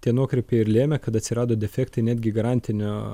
tie nuokrypiai ir lėmė kad atsirado defektai netgi garantinio